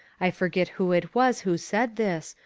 i forget who it was who said this,